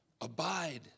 Abide